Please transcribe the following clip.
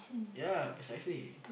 ya precisely